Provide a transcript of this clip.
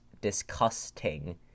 disgusting